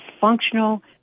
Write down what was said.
functional